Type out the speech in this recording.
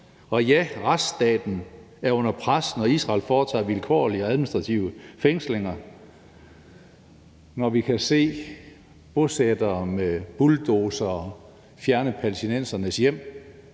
og ja, retsstaten er under pres, når Israel foretager vilkårlige og administrative fængslinger. Vi kan se bosættere med bulldozere fjerne palæstinensernes hjem,